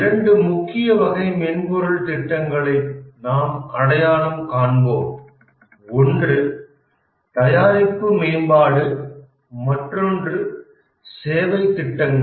இரண்டு முக்கிய வகை மென்பொருள் திட்டங்களை நாம் அடையாளம் காண்போம் ஒன்று தயாரிப்பு மேம்பாடு மற்றொன்று சேவை திட்டங்கள்